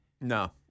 No